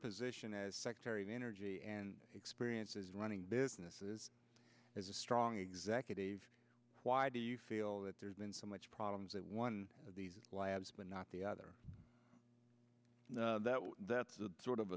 position as secretary of energy and experience is running businesses as a strong executive why do you feel that there's been so much problems at one of these labs but not the other and that that's a sort of